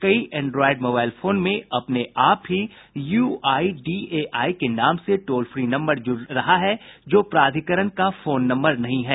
कई Android mobile phone में अपने आप ही यूआईडीएआई के नाम से टोल फ्री नम्बर जुड़ जा रहा है जो प्राधिकरण का फोन नम्बर नहीं है